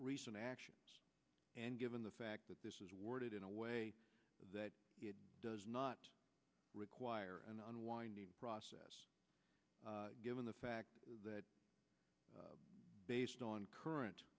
recent actions and given the fact that this is worded in a way that does not require an unwinding process given the fact that based on current